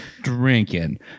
drinking